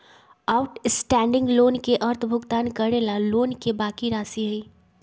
outstanding loan के अर्थ भुगतान करे ला लोन के बाकि राशि हई